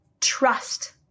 trust